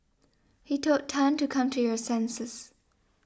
he told Tan to come to your senses